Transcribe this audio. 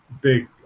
big